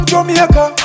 Jamaica